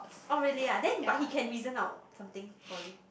orh really ah then but he can reason out something for you